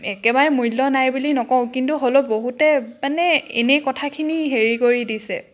একেবাৰে মূল্য নাই বুলি নকওঁ কিন্তু হ'লেও বহুতে মানে এনেই কথাখিনি হেৰি কৰি দিছে